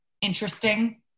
interesting